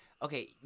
Okay